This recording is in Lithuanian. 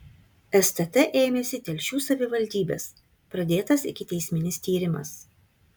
stt ėmėsi telšių savivaldybės pradėtas ikiteisminis tyrimas